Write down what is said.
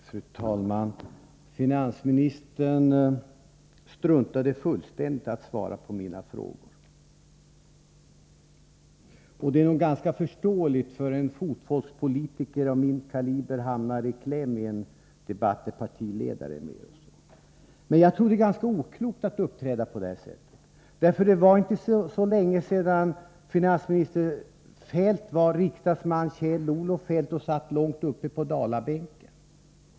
Fru talman! Finansministern struntade fullständigt i att svara på mina frågor, och det är nog ganska förståeligt att en fotfolkspolitiker av min kaliber hamnar i kläm i en debatt där partiledare deltar. Jag tror ändå att det är ganska oklokt av finansministern att uppträda på det här sättet. Det var nämligen inte så länge sedan finansminister Feldt var riksdagsman Kjell-Olof Feldt och satt långt uppe på Dalabänken.